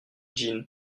jean